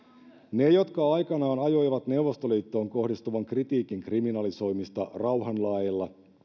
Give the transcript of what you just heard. ne jotka aikoinaan ajoivat neuvostoliittoon kohdistuvan kritiikin kriminalisoimista rauhan laeilla